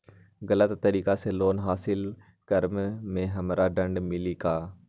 गलत तरीका से लोन हासिल कर्म मे हमरा दंड मिली कि?